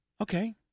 Okay